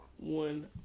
one